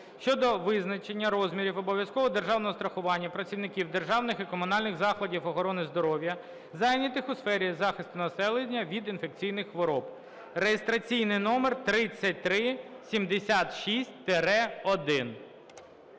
(щодо визначення розмірів обов'язкового державного страхування працівників державних і комунальних закладів охорони здоров'я, зайнятих у сфері захисту населення від інфекційних хвороб) (реєстраційний номер 3376-1).